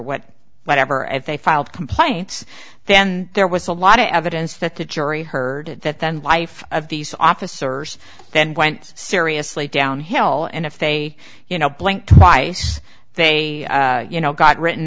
what whatever if they filed complaints then there was a lot of evidence that the jury heard that then life of these officers then went seriously downhill and if they you know blink twice they you know got written